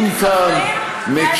מאוד,